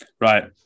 right